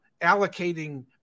allocating